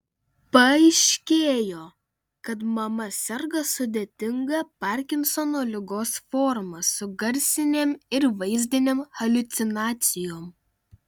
paaiškėjo kad mama serga sudėtinga parkinsono ligos forma su garsinėm ir vaizdinėm haliucinacijom